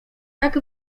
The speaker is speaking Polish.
tak